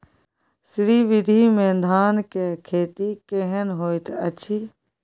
श्री विधी में धान के खेती केहन होयत अछि?